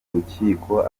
rukiko